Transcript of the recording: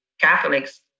Catholics